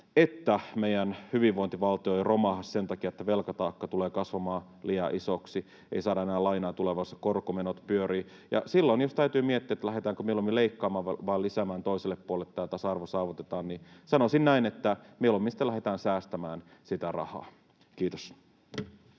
että meidän hyvinvointivaltio ei romahda sen takia, että velkataakka tulee kasvamaan liian isoksi, ei saada enää lainaa tulevaisuudessa, korkomenot pyörivät. Silloin tietysti täytyy miettiä, lähdetäänkö mieluummin leikkaamaan vai lisäämään toiselle puolelle, niin että tasa-arvo saavutetaan, ja sanoisin näin, että mieluummin sitten lähdetään säästämään sitä rahaa. — Kiitos.